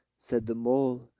said the mole,